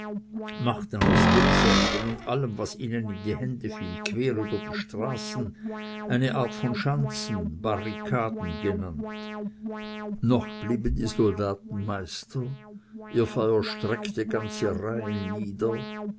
machten aus demselben und allem was ihnen in die hände fiel quer über die straßen eine art von schanzen barrikaden genannt noch blieben die soldaten meister ihr feuer streckte ganze reihen nieder